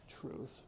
truth